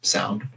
sound